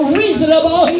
reasonable